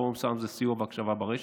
פורום סה"ר זה סיוע והקשבה ברשת,